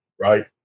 right